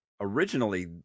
Originally